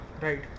Right